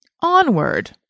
Onward